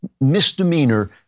misdemeanor